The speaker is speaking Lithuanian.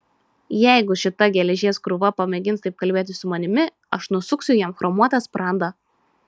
jeigu šita geležies krūva pamėgins taip kalbėti su manimi aš nusuksiu jam chromuotą sprandą